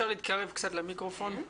אני